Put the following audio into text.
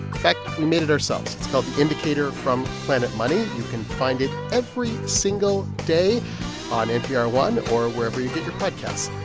in fact, we made it ourselves. it's called the indicator from planet money. you can find it every single day on npr one or wherever you get your podcasts.